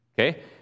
okay